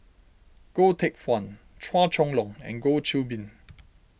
Goh Teck Phuan Chua Chong Long and Goh Qiu Bin